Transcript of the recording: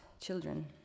children